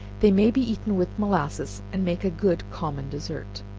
they may be eaten with molasses, and make a good common dessert.